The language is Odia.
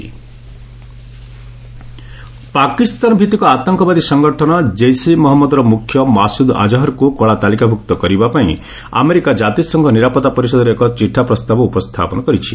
ୟୁଏସ୍ ଆଝାର ପାକିସ୍ତାନ ଭିଭିକ ଆତଙ୍କବାଦୀ ସଂଗଠନ ଜୈସ୍ ଇ ମହମ୍ମଦର ମୁଖ୍ୟ ମାସୁଦ୍ ଆଜାହର୍କୁ କଳାତାଲିକାଭୁକ୍ତ କରିବା ପାଇଁ ଆମେରିକା ଜାତିସଂଘ ନିରାପତ୍ତା ପରିଷଦରେ ଏକ ଚିଠା ପ୍ରସ୍ତାବ ଉପସ୍ଥାପନ କରିଛି